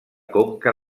conca